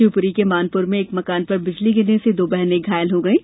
शिवपूरी के मानपुर में एक मकान पर बिजली गिरने से दो बहनें घायल हो गयीं